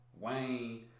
Wayne